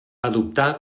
adoptà